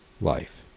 life